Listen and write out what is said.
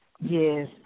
Yes